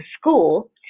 school